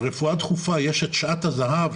דחופה שיש את שעת הזהב,